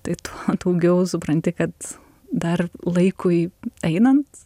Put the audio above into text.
tai tuo daugiau supranti kad dar laikui einant